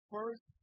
First